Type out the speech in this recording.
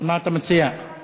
אנחנו מציעים